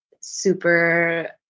super